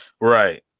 Right